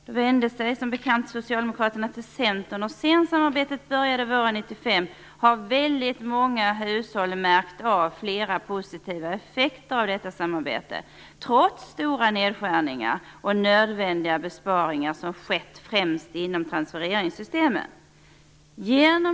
Då vände sig, som bekant, Socialdemokraterna till 1995 har väldigt många hushåll märkt av flera positiva effekter av detta samarbete, trots de stora nedskärningar och nödvändiga besparingar som har skett främst inom transfereringssystemen.